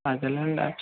అదే లేండి